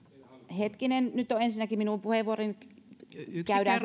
hetkinen nyt on ensinnäkin minun puheenvuoroni käydään